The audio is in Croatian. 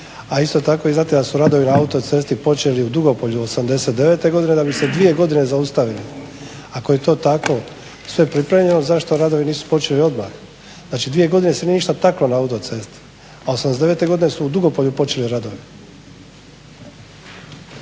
se ne razumije./… su radovi na autocesti počeli u Dugopolju 89. godine da bi se dvije godine zaustavili. Ako je to tako sve pripremljeno, zašto radovi nisu počeli odmah. Znači dvije godine se nije ništa taklo na autocesti. A 89. godine su u Dugopolju počeli radovi.